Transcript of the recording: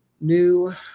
new